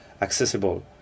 accessible